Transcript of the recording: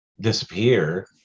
disappear